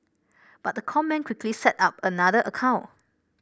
but the con man quickly set up another account